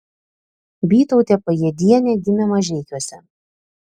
bytautė pajėdienė gimė mažeikiuose